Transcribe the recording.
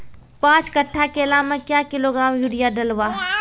पाँच कट्ठा केला मे क्या किलोग्राम यूरिया डलवा?